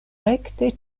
rekte